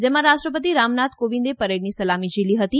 જેમાં રાષ્ટ્રપતિ રામનાથ કોવિંદે પરેડની સલામી ઝીલી હતી